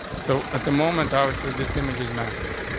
so at the moment, obviously this image is massive.